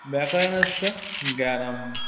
व्याकरणस्य ज्ञानम्